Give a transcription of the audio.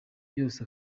ryose